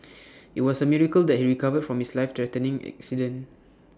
IT was A miracle that he recovered from his lifethreatening accident